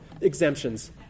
Exemptions